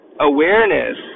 awareness